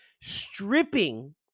stripping